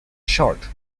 short